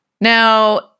Now